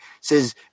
says